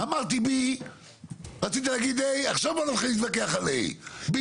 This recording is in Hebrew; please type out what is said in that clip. אמרתי A וגם B כפי הניתן.